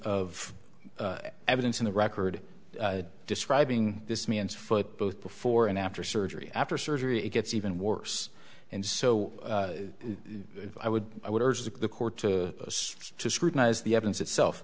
of evidence in the record describing this man's foot both before and after surgery after surgery it gets even worse and so i would i would urge the court to scrutinize the evidence itself